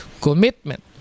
commitment